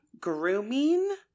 grooming